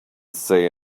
say